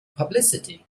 publicity